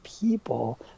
people